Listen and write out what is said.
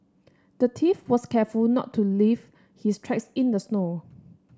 the thief was careful not to leave his tracks in the snow